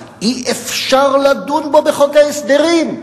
אבל אי-אפשר לדון בו בחוק ההסדרים.